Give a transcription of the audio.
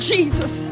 Jesus